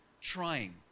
trying